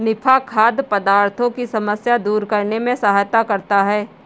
निफा खाद्य पदार्थों की समस्या दूर करने में सहायता करता है